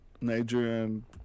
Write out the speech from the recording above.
Nigerian